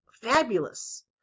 fabulous